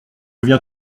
viens